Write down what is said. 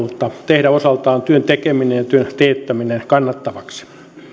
työn tekeminen ja työn teettäminen kannattavaksi hallitus